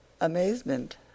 Amazement